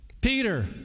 Peter